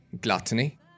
Gluttony